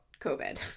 COVID